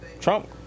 Trump